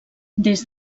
des